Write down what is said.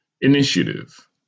Initiative